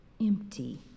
empty